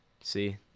See